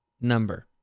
number